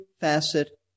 facet